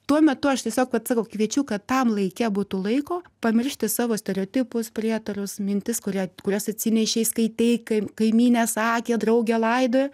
tuo metu aš tiesiog atsakau kviečiu kad tam laike būtų laiko pamiršti savo stereotipus prietarus mintis kurie kuriuos atsinešei skaitei kai kaimynė sakė draugė laidojo